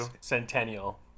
centennial